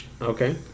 Okay